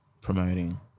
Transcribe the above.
promoting